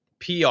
PR